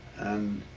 and